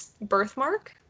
Birthmark